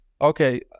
okay